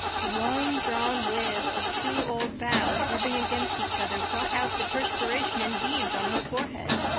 the long-drawn wail of two old boughs rubbing against each other brought out the perspiration in beads on her forehead.